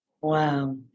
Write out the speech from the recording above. Wow